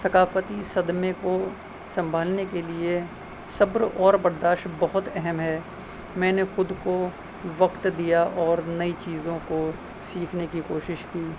ثقافتی صدمے کو سنبھالنے کے لیے صبر اور برداشت بہت اہم ہے میں نے خود کو وقت دیا اور نئی چیزوں کو سیکھنے کی کوشش کی